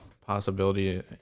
possibility